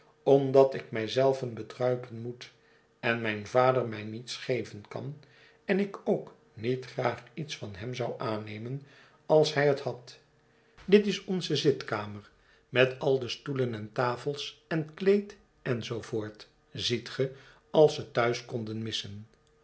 omdat ik mij zelven bedruipen moet en m'y'n vader mij niets geven kan en ik ook niet graag iets van hem zou aannemen als hij het had dit is onze zitkamer met al de stoelen en tafels en kleed en zoo voort ziet ge als ze thuis konden missen